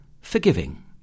Forgiving